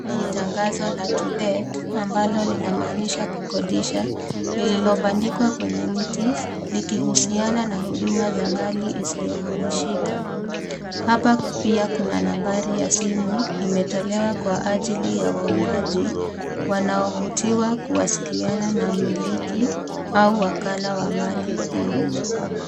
Hii ni tangazo la to let ambalo linamaanisha kukodisha lililobandikwa kwenye mti likihusiana na huduma za mali isiyohamishika. Hapa pia kuna nambari ya simu imetolewa kwa ajili ya waombaji wanaovutiwa kuwasiliana na mmiliki au wakala wa mali hii.